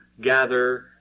gather